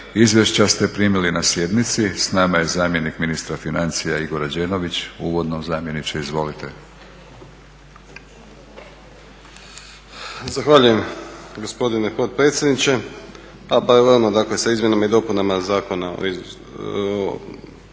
Izvješća ste primili na sjednici. Sa nama je zamjenik ministra financija Igor Rađenović, uvodno. Zamjeniče izvolite. **Rađenović, Igor (SDP)** Zahvaljujem gospodine potpredsjedniče. Paralelno dakle sa izmjenama i dopunama proračuna za 2014.